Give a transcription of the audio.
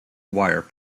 wire